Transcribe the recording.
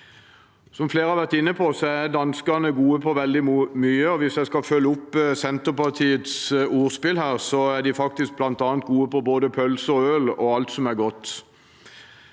Som flere har vært inne på, er danskene gode på veldig mye. Hvis jeg skal følge opp Senterpartiets ordspill her, er de faktisk bl.a. gode på både pølser og øl og alt som er godt.